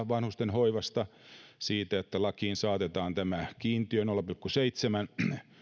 vanhustenhoivasta siitä että lakiin saatetaan tämä kiintiö eli nolla pilkku seitsemän